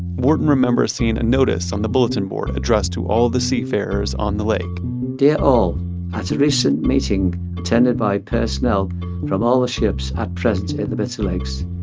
wharton remembers seeing a notice on the bulletin board addressed to all of the seafarers on the lake dear all, at a recent meeting attended by personnel from all the ships at present in the the bitter lake, so